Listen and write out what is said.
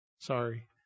Sorry